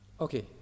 Okay